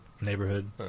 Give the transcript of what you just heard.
neighborhood